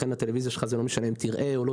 לכן הטלוויזיה שלך לא משנה אם תראה או לא